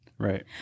Right